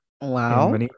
Wow